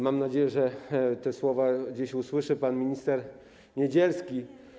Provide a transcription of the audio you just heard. Mam nadzieję, że te słowa dziś usłyszy pan minister Niedzielski.